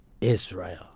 Israel